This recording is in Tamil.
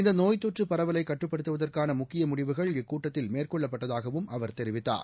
இந்த நோய் தொற்று பரவலை கட்டுப்படுத்துவதற்கான முக்கிய முடிவுகள் இக்கூட்டத்தில் மேற்கொள்ளப்பட்டதாகவும் அவர் தெரிவித்தார்